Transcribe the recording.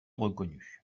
reconnues